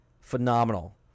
phenomenal